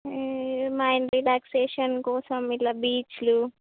mind relaxation కోసం ఇలా బీచ్లు